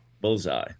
Bullseye